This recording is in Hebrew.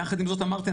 יחד עם זאת אמרתי,